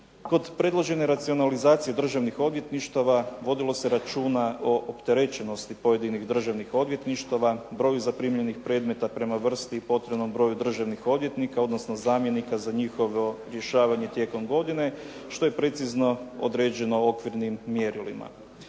Kod predložene racionalizacije državnih odvjetništava vodilo se računa o opterećnosti pojedinih državnih odvjetništava, broju zaprimljenih predmeta prema vrsti i potrebnom broju državnih odvjetnika odnosno zamjenika za njihovo rješavanje tijekom godine što je precizno određeno okvirnim mjerilima.